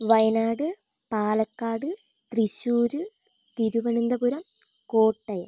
Wayanad Palakkad Thrissur Thiruvananthapuram Kottayam